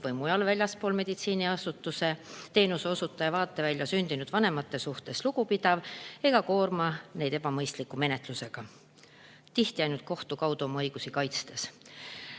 või mujal väljaspool meditsiiniteenuse osutaja vaatevälja sündinud vanemate suhtes lugupidav ega koorma neid ebamõistliku menetlusega, tihti ainult kohtu kaudu oma õigusi kaitstes. Tegemist